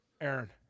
Aaron